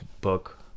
book